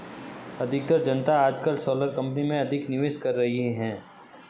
अधिकतर जनता आजकल सोलर कंपनी में अधिक निवेश कर रही है